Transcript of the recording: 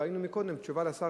ראינו קודם שהתשובה של השר,